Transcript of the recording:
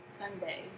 Sunday